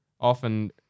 often